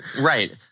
Right